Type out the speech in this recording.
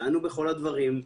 דנו בכל הדברים,